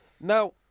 Now